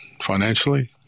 financially